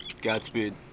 Godspeed